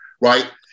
Right